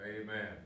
Amen